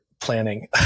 planning